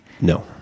No